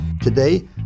Today